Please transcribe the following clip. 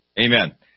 Amen